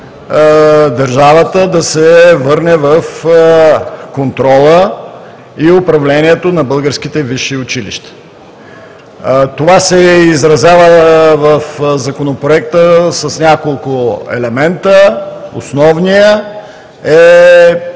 държавата да се върне в контрола и управлението на българските висши училища. Това се изразява в Законопроекта с няколко елемента. Основният е